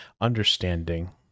understanding